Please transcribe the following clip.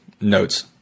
Notes